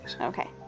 Okay